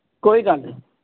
ਕੋਈ ਗੱਲ ਨਹੀਂ